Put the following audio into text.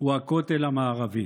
הוא הכותל המערבי.